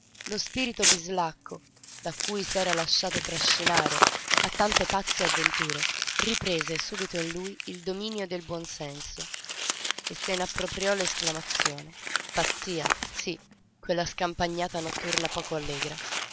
lo spirito bislacco da cui s'era lasciato trascinare a tante pazze avventure riprese subito in lui il dominio sul buon senso e se n'appropriò l'esclamazione pazzia sí quella scampagnata notturna poco allegra